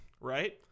Right